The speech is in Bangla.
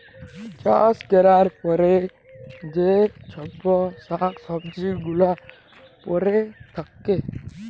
চাষ ক্যরার পরে যে চ্ছব শাক সবজি গুলা পরে থাক্যে